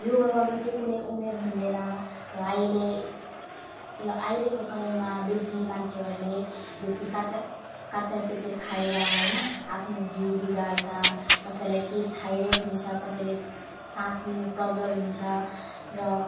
योगा गर्नु चाहिँ कुनै उमेर हुँदैन र अहिले र अहिलेको समयमा बेसी मान्छेहरूले बेसी काचा कचरपचर खाएर होइन आफ्नो जिउ बिगार्छ कसैलाई केही थाइराड हुन्छ कसैले सास लिनु प्रब्लम हुन्छ र